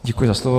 Děkuji za slovo.